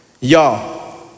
Y'all